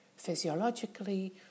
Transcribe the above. Physiologically